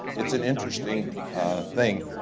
it's an interesting thing.